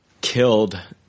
killed